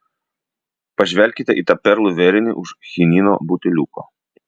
pažvelkite į tą perlų vėrinį už chinino buteliuko